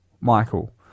Michael